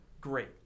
great